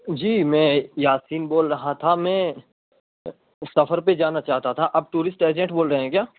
جی میں یاسین بول رہا تھا میں سفر پہ جانا چاہتا تھا آپ ٹورسٹ ایجنٹ بول رہے ہیں کیا